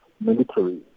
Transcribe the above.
military